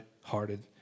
hearted